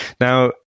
Now